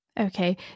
Okay